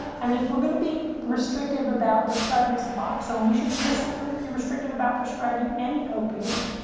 i mean, if we're going to be restrictive about prescribing suboxone, we should be restrictive be restrictive about prescribing any opioid.